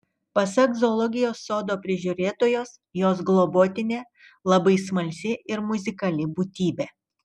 pasak zoologijos sodo prižiūrėtojos jos globotinė labai smalsi ir muzikali būtybė